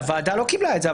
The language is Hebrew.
הוועדה לא קיבלה את זה.